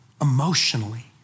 emotionally